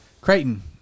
Creighton